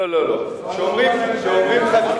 כך אמר שר הביטחון.